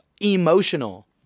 Emotional